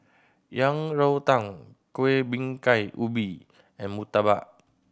Yang Rou Tang Kuih Bingka Ubi and murtabak